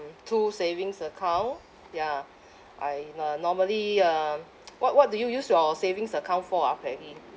two savings account ya I na~ normally um what what do you use your savings account for ah currently